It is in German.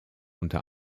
unter